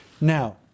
Now